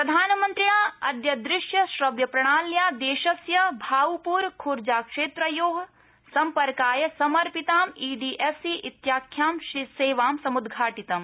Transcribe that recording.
प्रधानमन्त्रिणा अद्य दृश्यश्रव्यप्रणाल्या देशस्य भाउपुर खुर्जा क्षेत्रयो सम्पर्काय समर्पितां ईडीएफसी इत्याख्यां सेवां समुद्घाटितम्